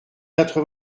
quatre